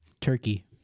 Turkey